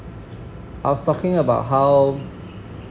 I was talking about how